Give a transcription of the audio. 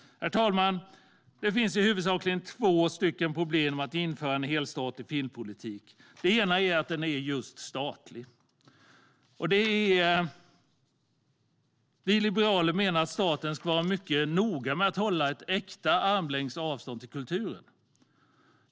Herr talman! Det finns huvudsakligen två problem med att införa en helstatlig filmpolitik. Det ena är att den är just statlig. Vi liberaler menar att staten ska vara mycket noga med att hålla ett äkta armlängds avstånd till kulturen.